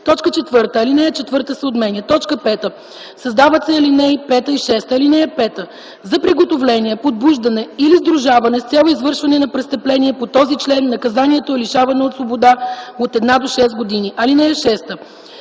лице”. 4. Алинея 4 се отменя. 5. Създават се ал. 5 и 6: „(5) За приготовление, подбуждане или сдружаване с цел извършване на престъпление по този член наказанието е лишаване от свобода от 1 до 6 години. (6)